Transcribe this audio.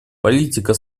политика